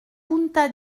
punta